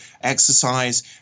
exercise